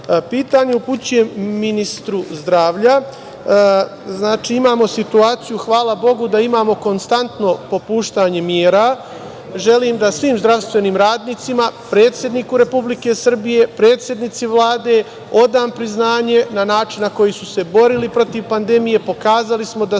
vama. Pitanje upućujem ministru zdravlja. Hvala Bogu da imamo konstantno popuštanje mera. Želim da svim zdravstvenim radnicima, predsedniku Republike Srbije, predsednici Vlade odam priznanje na način na koji su se borili protiv pandemije. Pokazali smo da